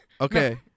Okay